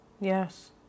Yes